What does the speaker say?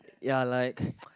ya like